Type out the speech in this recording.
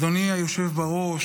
אדוני היושב בראש,